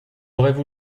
auraient